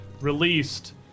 released